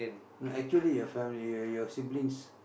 actually your family your your your siblings